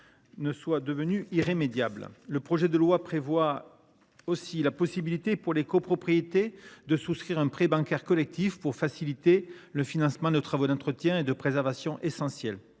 ne soit devenue irrémédiable. Le projet de loi prévoit aussi la possibilité pour les copropriétés de souscrire un prêt bancaire collectif pour faciliter le financement de travaux d’entretien et de préservation essentiels.